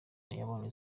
yabonye